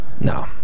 No